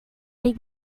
they